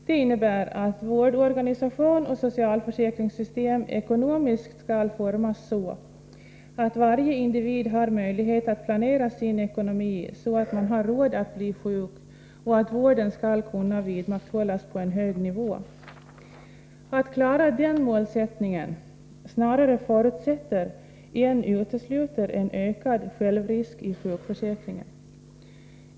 Det innebär att vårdorganisation och socialförsäkringssystem ekonomiskt skall formas så, att varje individ har möjlighet att planera sin ekonomi så att man har råd att bli sjuk och att vården skall kunna vidmakthållas på en hög nivå. Att klara den målsättningen snarare förutsätter än utesluter en ökad självrisk i sjukförsäkringen.